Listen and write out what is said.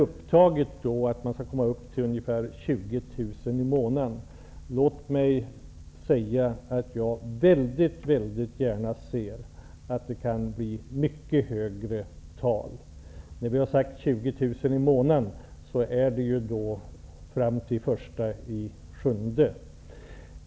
Avsikten är att man skall komma upp till ungefär 20 000 kr. i månaden. Låt mig säga att jag väldigt gärna ser att det kan bli mycket högre tal. 20 000 kr. i månaden gäller fram till den 1 juli.